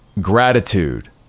gratitude